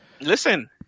Listen